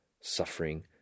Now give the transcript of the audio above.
suffering